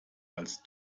als